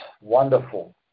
wonderful